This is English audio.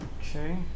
Okay